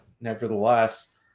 nevertheless